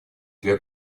для